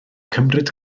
cymryd